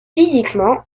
physiquement